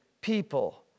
people